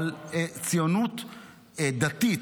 אבל ציונות דתית,